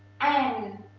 and,